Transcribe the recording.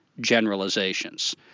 generalizations